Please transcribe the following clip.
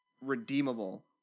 redeemable